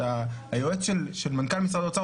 היועץ של מנכ"ל משרד האוצר,